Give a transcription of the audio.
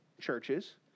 Churches